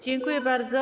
Dziękuję bardzo.